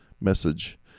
message